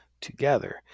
together